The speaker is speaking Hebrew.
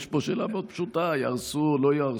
יש פה שאלה מאוד פשוטה: יהרסו או לא יהרסו?